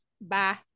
Bye